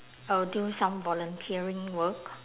I'll do some volunteering work